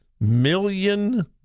million